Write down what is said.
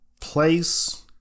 place